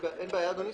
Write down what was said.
אין בעיה, אדוני.